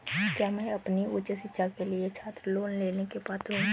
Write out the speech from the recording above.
क्या मैं अपनी उच्च शिक्षा के लिए छात्र लोन लेने का पात्र हूँ?